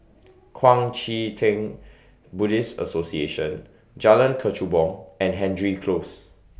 Kuang Chee Tng Buddhist Association Jalan Kechubong and Hendry Close